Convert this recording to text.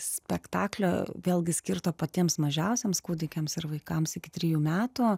spektaklio vėlgi skirto patiems mažiausiems kūdikiams ir vaikams iki trejų metų